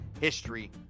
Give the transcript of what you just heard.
History